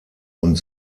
und